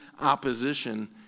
opposition